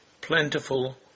plentiful